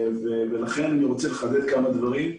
ולכן אני רוצה לחדד את הדברים.